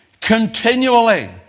continually